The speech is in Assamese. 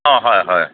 অঁ হয় হয়